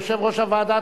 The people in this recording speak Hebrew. יושב-ראש הוועדה,